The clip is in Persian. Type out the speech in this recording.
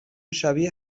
شبیه